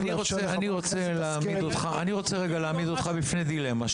אני רוצה להעמיד אותך רגע בפני דילמה,